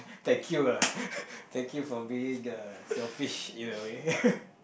thank you lah thank you for being uh selfish in a way